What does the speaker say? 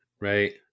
right